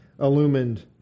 illumined